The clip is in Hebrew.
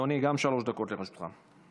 בבקשה, אדוני, גם לרשותך שלוש דקות.